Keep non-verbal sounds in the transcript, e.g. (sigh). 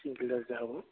(unintelligible)